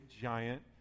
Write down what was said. giant